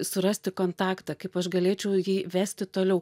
surasti kontaktą kaip aš galėčiau jį vesti toliau